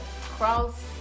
Cross